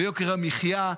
ביוקר המחיה,